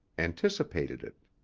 anticipated it.